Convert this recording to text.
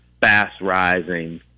fast-rising